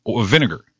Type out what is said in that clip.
vinegar